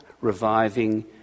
reviving